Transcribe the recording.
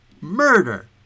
murder